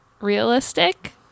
Realistic